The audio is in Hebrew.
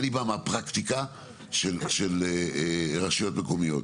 אני בא מהפרקטיקה של רשויות מקומיות.